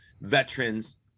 veterans